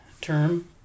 term